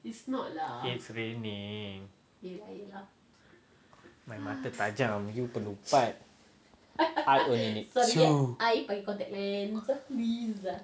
it's raining my mata tajam you perlu empat I only need two